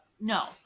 No